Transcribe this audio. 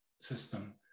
system